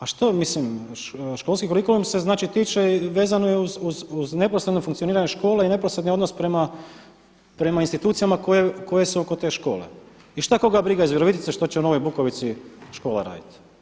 A što mislim kurikulum se znači tiče i vezano je uz neposredno funkcioniranje škole i neposredni odnos prema institucijama koje su oko te škole i što koga briga iz Virovitice što će u Novoj Bukovici škola raditi.